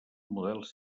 models